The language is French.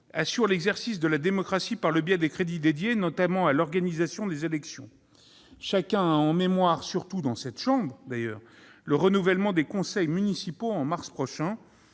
assure l'exercice de la démocratie par le biais des crédits notamment dédiés à l'organisation des élections. Chacun a en mémoire, surtout dans cette assemblée, le renouvellement des conseils municipaux au mois de mars prochain.